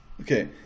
Okay